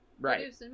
Right